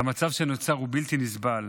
והמצב שנוצר הוא בלתי נסבל.